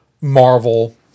Marvel